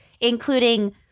including